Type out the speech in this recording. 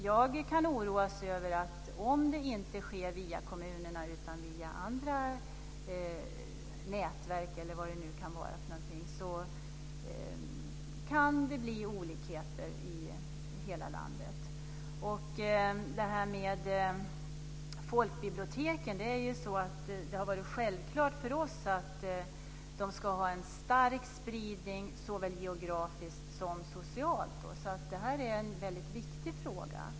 Jag kan oroas över att om det inte sker via kommunerna utan via andra nätverk, eller vad det nu kan vara, kan det bli olikheter i hela landet. Det har varit självklart för oss att folkbiblioteken ska ha en stor spridning såväl geografiskt som socialt. Det är en väldigt viktig fråga.